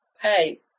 hey